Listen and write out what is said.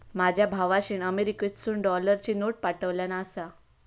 माझ्या भावाशीन अमेरिकेतसून डॉलरची नोट पाठवल्यान आसा